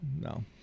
No